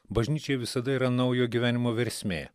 bažnyčiai visada yra naujo gyvenimo versmė